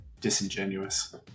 disingenuous